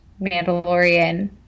Mandalorian